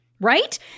Right